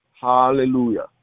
Hallelujah